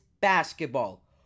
basketball